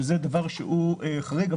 שזה דבר שהוא חריג,